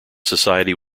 society